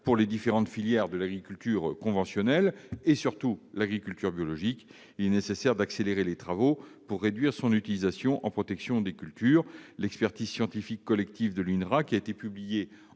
les différentes filières de l'agriculture conventionnelle et surtout de l'agriculture biologique, il est nécessaire d'accélérer les travaux pour réduire son utilisation en protection des cultures. L'expertise scientifique collective de l'INRA publiée en